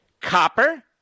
copper